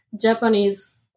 Japanese